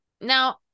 Now